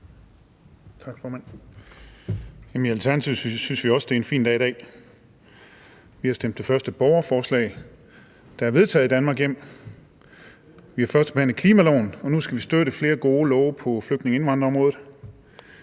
I Alternativet synes vi også, det er en fin dag i dag. Vi har stemt det første borgerforslag, der er vedtaget i Danmark, hjem; vi har førstebehandlet klimaloven; og nu skal vi støtte flere gode love på flygtninge- og indvandrerområdet.